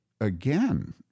again